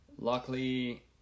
Luckily